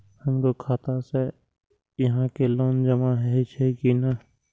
हमरो खाता से यहां के लोन जमा हे छे की ने?